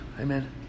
amen